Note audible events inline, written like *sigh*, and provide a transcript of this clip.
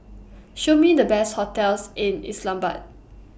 Show Me The Best hotels in *unintelligible*